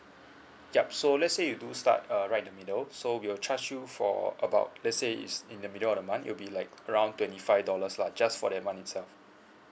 yup so let's say you do start err right the middle so we will charge you for about let's say it's in the middle of the month it will be like around twenty five dollars lah just for that month itself